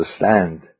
understand